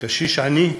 קשיש עני,